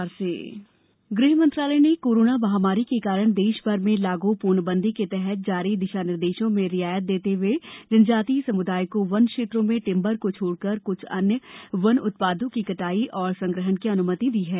corona वन क्षेत्र छट ़ ्ह मंत्रालय ने कोरोना महामारी के कारण देश भर में ला ू पूर्णबंदी के तहत जारी दिशा निर्देशों में रियायत देते ह्ए जनजातीय समुदाय को वन क्षेत्रों में टिम्बर को छोड़कर क्छ अन्य वन उत्पादों की कटाई और संग्रहण की अन्मति दी है